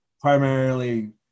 Primarily